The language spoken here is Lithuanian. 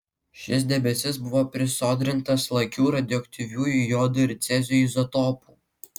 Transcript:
šis debesis buvo prisodrintas lakių radioaktyviųjų jodo ir cezio izotopų